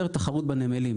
- לאפשר תחרות בנמלים.